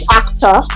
actor